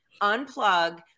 unplug